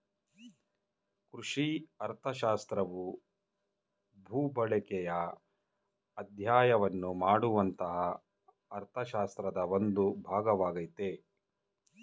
ಕೃಷಿ ಅರ್ಥಶಾಸ್ತ್ರವು ಭೂಬಳಕೆಯ ಅಧ್ಯಯನವನ್ನು ಮಾಡುವಂತಹ ಅರ್ಥಶಾಸ್ತ್ರದ ಒಂದು ಭಾಗವಾಗಯ್ತೆ